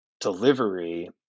delivery